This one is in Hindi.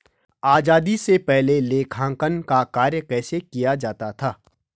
आजादी से पहले लेखांकन का कार्य कैसे किया जाता था?